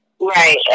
Right